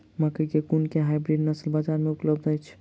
मकई केँ कुन केँ हाइब्रिड नस्ल बजार मे उपलब्ध अछि?